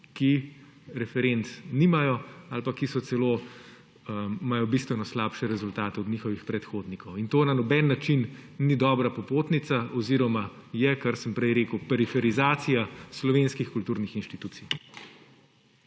ki referenc nimajo, ali pa ki imajo bistveno slabše rezultate od svojih predhodnikov. To na noben način ni dobra popotnica oziroma je, kar sem prej rekel, periferizacija slovenskih kulturnih institucij.